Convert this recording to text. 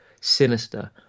sinister